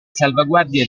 salvaguardia